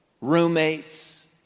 Roommates